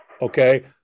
Okay